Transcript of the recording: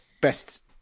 best